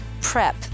PREP